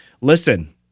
listen-